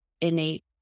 innate